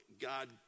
God